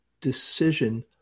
decision